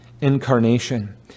incarnation